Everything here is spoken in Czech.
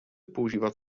používat